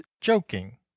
joking